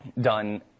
done